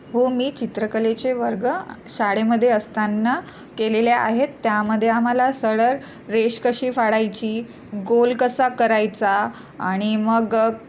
हो मी चित्रकलेचे वर्ग शाळेमध्ये असताना केलेले आहेत त्यामध्ये आम्हाला सरळ रेष कशी फाडायची गोल कसा करायचा आणि मग